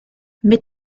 mit